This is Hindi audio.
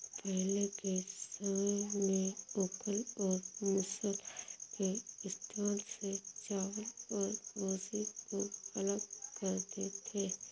पहले के समय में ओखल और मूसल के इस्तेमाल से चावल और भूसी को अलग करते थे